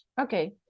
Okay